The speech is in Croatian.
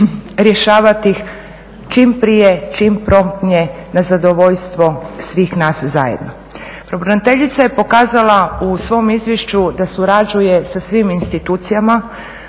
rješavati ih čim prije, čim promptnije na zadovoljstvo svih nas zajedno. Pravobraniteljica je pokazala u svom izvješću da surađuje sa svim institucijama,